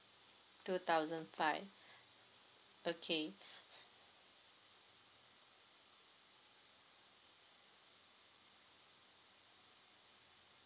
two thousand five okay